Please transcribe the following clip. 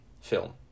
film